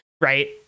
right